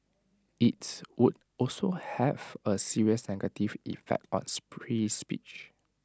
IT would also have A serious negative effect on free speech